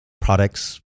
products